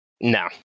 no